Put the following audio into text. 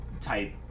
type